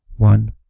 One